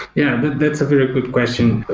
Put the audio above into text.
yeah, but that's a terrific question.